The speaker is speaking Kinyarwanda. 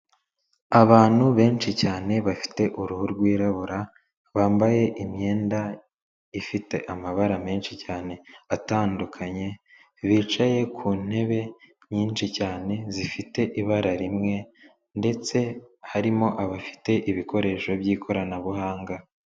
abantu benshi cyane bafite uruhu rwirabura bambaye imyenda ifite amabara menshi cyane atandukanye bicaye ku ntebe nyinshi cyane zifite ibara rimwe ndetse harimo abafite ibikoresho by'ikoranabuhanga.